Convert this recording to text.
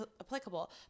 applicable